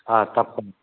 తప్పకుండా